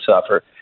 suffer